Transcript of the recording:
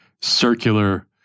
circular